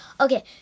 okay